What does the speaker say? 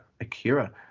Akira